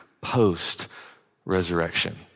post-resurrection